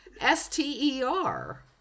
S-T-E-R